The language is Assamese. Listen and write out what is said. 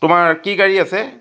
তোমাৰ কি গাড়ী আছে